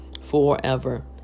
forever